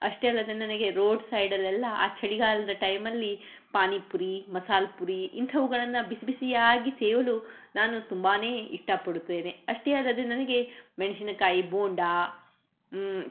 ಅಷ್ಟೇ ಅಲ್ಲದೆ ನನಗೆ ರೋಡ್ ಸೈಡಲ್ಲೆಲ್ಲ ಆ ಚಳಿಗಾಲದ ಟೈಮಲ್ಲಿ ಪಾನಿಪೂರಿ ಮಸಾಲೆಪೂರಿ ಇಂಥವುಗಳನ್ನು ಬಿಸಿ ಬಿಸಿಯಾಗಿ ಸೇವಲು ನಾನು ತುಂಬಾ ಇಷ್ಟಪಡುತ್ತೇನೆ ಅಷ್ಟೇ ಅಲ್ಲದೆ ನನಗೆ ಮೆಣಸಿನ ಕಾಯಿ ಬೋಂಡಾ